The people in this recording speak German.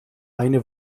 eine